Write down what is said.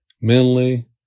mentally